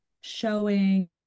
showing